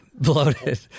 bloated